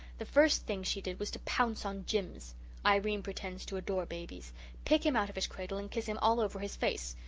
the first thing she did was to pounce on jims irene pretends to adore babies pick him out of his cradle and kiss him all over his face.